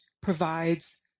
provides